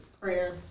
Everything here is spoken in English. Prayer